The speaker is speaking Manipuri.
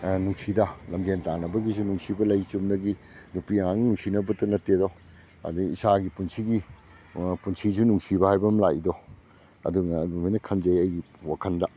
ꯅꯨꯡꯁꯤꯗ ꯂꯝꯖꯦꯟ ꯇꯥꯟꯅꯕꯒꯤꯁꯨ ꯅꯨꯡꯁꯤꯕ ꯂꯩ ꯆꯨꯝꯅꯒꯤ ꯅꯨꯄꯤ ꯑꯉꯥꯡ ꯅꯨꯡꯁꯤꯅꯕꯇ ꯅꯠꯇꯦꯗꯣ ꯑꯗꯒꯤ ꯏꯁꯥꯒꯤ ꯄꯨꯟꯁꯤꯒꯤ ꯄꯨꯟꯁꯤꯁꯨ ꯅꯨꯡꯁꯤꯕ ꯍꯥꯏꯕ ꯑꯃ ꯂꯥꯛꯏꯗꯣ ꯑꯗꯨꯅ ꯑꯗꯨꯃꯥꯏꯅ ꯈꯟꯖꯩ ꯑꯩꯒꯤ ꯋꯥꯈꯟꯗ